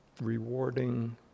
Rewarding